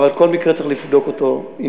אבל כל מקרה צריך לבדוק עניינית,